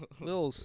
little